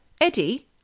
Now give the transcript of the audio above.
Eddie